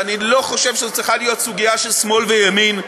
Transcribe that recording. ואני לא חושב שזאת צריכה להיות סוגיה של שמאל וימין,